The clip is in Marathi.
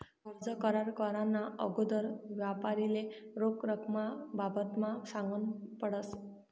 कर्ज करार कराना आगोदर यापारीले रोख रकमना बाबतमा सांगनं पडस